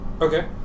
Okay